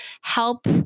help